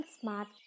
smart